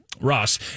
Ross